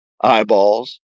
Eyeballs